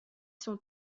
sont